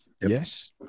yes